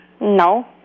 No